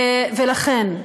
ולכן,